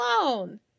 alone